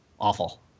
Awful